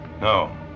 No